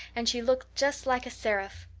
and she looked just like a seraph.